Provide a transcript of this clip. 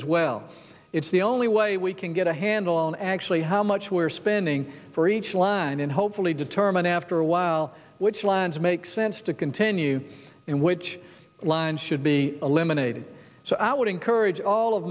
as well it's the only way we can get a handle on actually how much we're spending for each line and hopefully determine after a while which lines make sense to continue and which lines should be lemonade so i would encourage all of